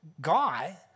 guy